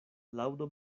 laŭdu